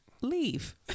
leave